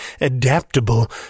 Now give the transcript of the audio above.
adaptable